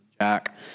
Jack